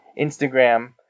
Instagram